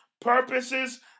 purposes